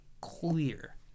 clear